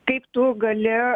kaip tu gali